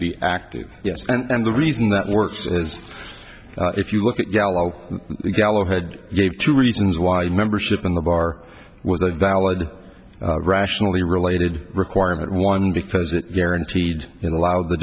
be active yes and the reason that works is if you look at yellow galahad gave two reasons why membership in the bar was a valid rationally related requirement one because it guaranteed it allowed the